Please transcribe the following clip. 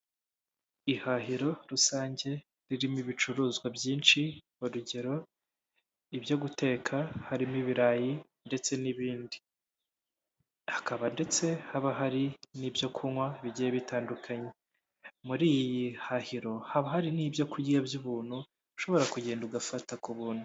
Ihahiro rusange ririmo ibicuruzwa byinshi urugero; ibyo guteka harimo ibirayi ndetse n'ibindi hakaba ndetse haba hari n'ibyokunywa bigiye bitandukanye muri iri hahiro haba hari n'ibyokurya by'ubuntu ushobora kugenda ugafata ku buntu.